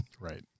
Right